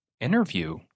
interview